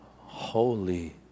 holy